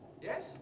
Yes